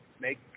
make